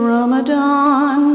Ramadan